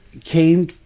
came